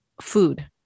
food